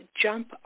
jump